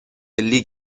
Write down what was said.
لیگ